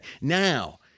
Now